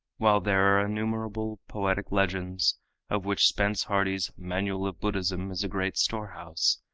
while there are innumerable poetic legends of which spence hardy's manual of buddhism is a great storehouse,